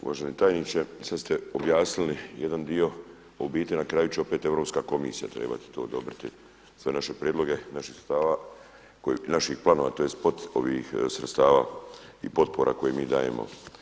Uvaženi tajniče sada ste objasnili jedan dio u biti na kraju će opet Europska komisija to trebati odobriti sve naše prijedloge naših sredstava, naših planova tj. sredstava i potpora koje mi dajemo.